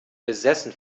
besessen